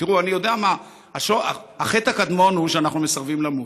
תראו, החטא הקדמון הוא שאנחנו מסרבים למות.